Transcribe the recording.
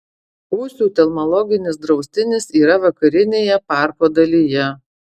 ūsių telmologinis draustinis yra vakarinėje parko dalyje